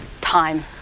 time